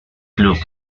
club